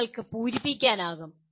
നിങ്ങൾക്ക് പൂരിപ്പിക്കാനാകും